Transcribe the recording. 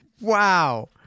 Wow